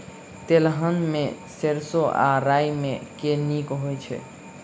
तेलहन मे सैरसो आ राई मे केँ नीक होइ छै?